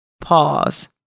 Pause